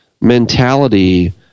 mentality